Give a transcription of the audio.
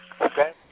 okay